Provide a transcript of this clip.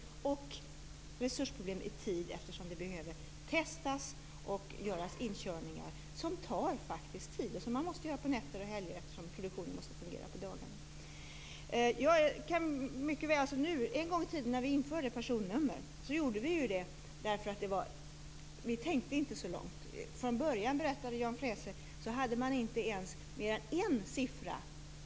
Det är också ett resursproblem i tid, eftersom det behöver göras tester och inkörningar som tar tid. De måste göras på helger och nätter, eftersom produktionen måste fungera på dagarna. När vi en gång i tiden införde personnumren tänkte vi inte så långt. Från början hade man inte mer än en siffra.